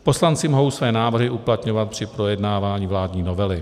Poslanci mohou své návrhy uplatňovat při projednávání vládní novely.